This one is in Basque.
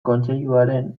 kontseiluaren